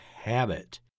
habit